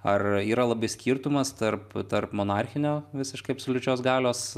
ar yra labai skirtumas tarp tarp monarchinio visiškai absoliučios galios